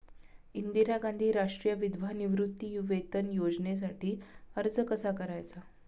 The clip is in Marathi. इंदिरा गांधी राष्ट्रीय विधवा निवृत्तीवेतन योजनेसाठी अर्ज कसा करायचा?